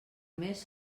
més